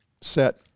set